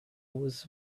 was